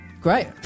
great